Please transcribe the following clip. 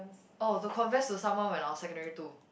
oh to confess to someone when I was secondary two